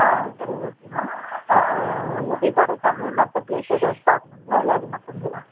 ஆ சரி ஓகேமா ஊட்டி கொடைக்கானல் மற்ற ப்ளேஸ் எதாவது பாக்ணுங்களா இல்லை அது மட்டும்தானா